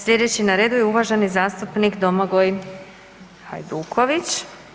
Slijedeći na redu je uvaženi zastupnik Domagoj Hajduković.